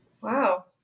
Wow